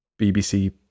bbc